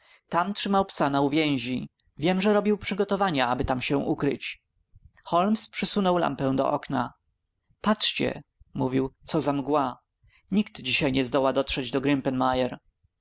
tam trzymał psa na uwięzi wiem że robił przygotowania aby tam się ukryć holmes przysunął lampę do okna patrzcie mówił co za mgła nikt dzisiaj nie zdoła dotrzeć do